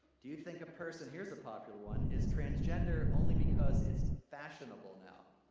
do you think a person, here's a popular one, is transgender only because it's fashionable now?